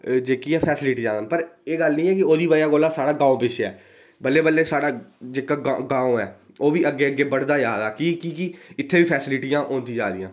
जेह्की फेसीलिटी जैदा ना एह् गल्ल नेईं ऐ कि ओह्दी बजह् कन्नै साढ़ा ग्रां पिच्छें ऐ बल्लें बल्लें साढ़ा ग्रां जेह्का ग्रां ऐ ओह् बी अग्गें अग्गें बधदा जारदा ऐ कि इत्थै फेसीलिटयां होंदियां जारदियां न